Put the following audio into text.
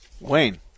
Wayne